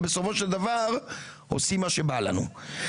אבל בסופו של דבר עושים מה שבא לנו.